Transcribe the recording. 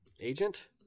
agent